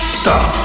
stop